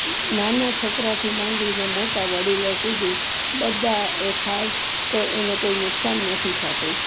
નાના છોકરાથી માંડીને મોટાં વડીલો સુધી બધા એ ખાય તો એને કોઈ નુકસાન નથી થતું